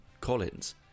Collins